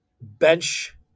bench